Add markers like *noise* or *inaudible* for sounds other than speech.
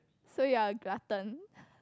so you're a glutton *breath*